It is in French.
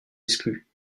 exclu